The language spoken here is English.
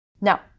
Now